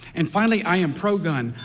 and finally i'm pro gun.